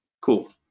Cool